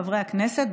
חברי הכנסת,